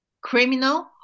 criminal